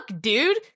dude